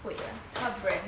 贵啊 what brand